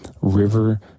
river